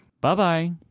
Bye-bye